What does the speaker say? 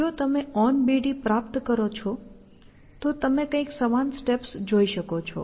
હવે જો તમે onBD પ્રાપ્ત કરો છો તો તમે કંઈક સમાન સ્ટેપ્સ જોઈ શકો છો